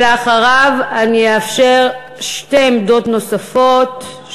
אחריו אאפשר שתי עמדות נוספות,